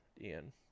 Ian